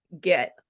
get